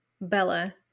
Bella